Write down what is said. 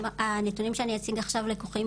הנתונים שאני אציג עכשיו לקוחים,